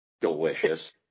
delicious